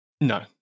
No